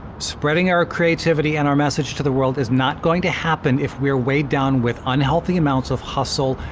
spreading our creativity and our message to the world is not going to happen if we are weighed down with unhealthy amounts of, hustle,